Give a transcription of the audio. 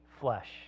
flesh